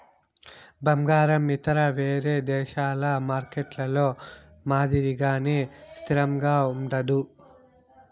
బంగారం ఇతర వేరే దేశాల మార్కెట్లలో మాదిరిగానే స్థిరంగా ఉండదు